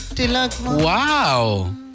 Wow